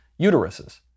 uteruses